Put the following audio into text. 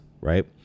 right